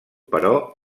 però